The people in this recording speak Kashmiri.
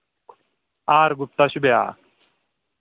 آر گُپتا چھُ بیٛاکھ